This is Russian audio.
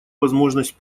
возможность